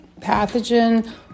pathogen